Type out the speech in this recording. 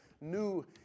new